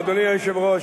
אדוני היושב-ראש,